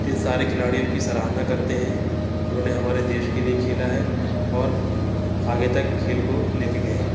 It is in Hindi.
इन सारे खिलाड़ियों की सराहना करते हैं उन्होंने हमारे देश के लिए खेला है और आगे तक खेल को ले के गए हैं